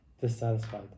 dissatisfied